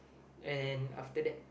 and after that